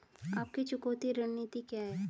आपकी चुकौती रणनीति क्या है?